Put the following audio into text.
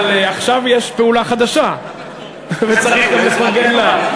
אבל עכשיו יש פעולה חדשה וצריך גם לפרגן לה.